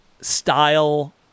style